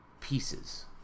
pieces